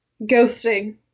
Ghosting